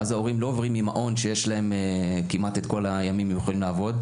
ואז ההורים לא עוברים ממעון שיש להם כמעט את כל הימים שהם יכולים לעבוד,